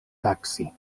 taksi